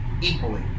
equally